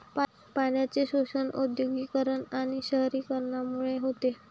पाण्याचे शोषण औद्योगिकीकरण आणि शहरीकरणामुळे होते